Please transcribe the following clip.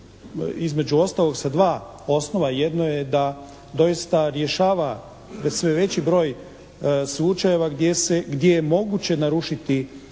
između ostalog sa dva osnova. Jedno je da doista rješava sve veći broj slučajeva gdje je moguće narušiti